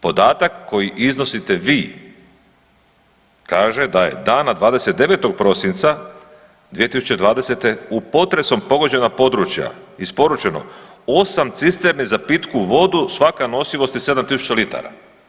Podatak koji iznosite vi kaže da je dana 29. prosinca 2020. u potresom pogođena područja isporučeno 8 cisterni za pitku vodu svaka nosivosti 7000 litara.